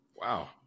Wow